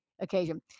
occasion